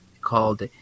called